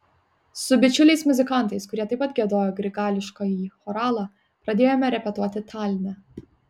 su bičiuliais muzikantais kurie taip pat giedojo grigališkąjį choralą pradėjome repetuoti taline